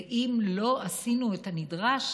ואם לא עשינו את הנדרש,